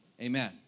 Amen